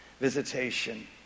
visitation